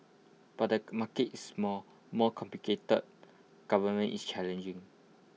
but the market is small more complicated governance is challenging